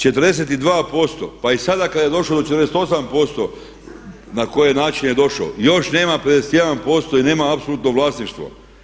42% pa i sada kada je došlo do 48% na koji način je došao još nema 51% i nema apsolutno vlasništvo.